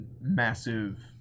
massive